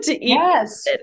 Yes